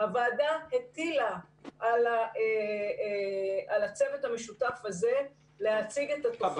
הוועדה הטילה על הצוות המשותף הזה להציג את התוכנית.